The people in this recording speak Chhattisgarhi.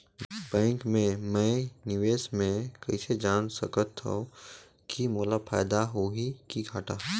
बैंक मे मैं निवेश मे कइसे जान सकथव कि मोला फायदा होही कि घाटा?